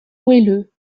moelleux